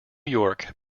york